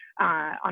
on